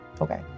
Okay